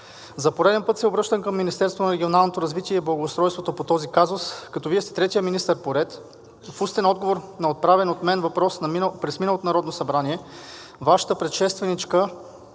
на регионалното развитие и благоустройството по този казус, като Вие сте третият министър поред. В устен отговор на отправен от мен въпрос през миналото Народно събрание Вашата предшественичка